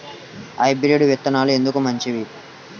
Hybrid విత్తనాలు ఎందుకు మంచివి?